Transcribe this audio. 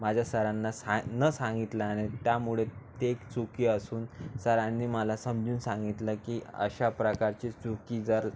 माझ्या सरांना स् हाय न सांगितल्याने त्यामुळे ते एक चुकी असून सरांनी मला समजून सांगितलं की अशा प्रकारची चुकी जर